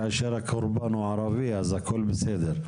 כאשר הקורבן הוא ערבי אז הכול בסדר.